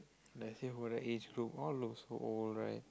that's it for the age group all look so old right